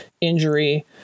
injury